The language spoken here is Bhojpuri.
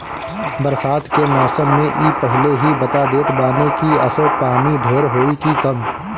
बरसात के मौसम में इ पहिले ही बता देत बाने की असो पानी ढेर होई की कम